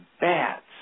bats